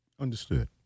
Understood